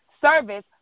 service